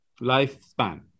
lifespan